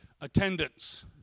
attendance